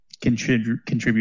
contribute